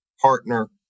partner